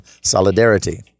solidarity